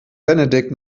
benedikt